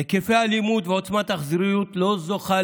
היקפי האלימות ועוצמת האכזריות לא זוכים,